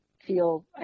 feel